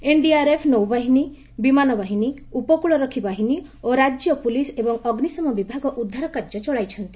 NDRF ନୌବାହିନୀ ବିମାନବାହିନୀ ଉପକୂଳରକ୍ଷୀବାହିନୀ ଓ ରାଜ୍ୟ ପୁଲିସ ଏବଂ ଅଗ୍ନିଶମ ବିଭାଗ ଉଦ୍ଧାର କାର୍ଯ୍ୟ ଚଳାଇଛନ୍ତି